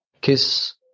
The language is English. kiss